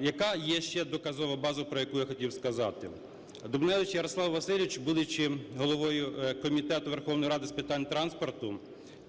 Яка є ще доказова база, про яку я хотів сказати. Дубневич Ярослав Васильович, будучи головою Комітету Верховної Ради з питань транспорту,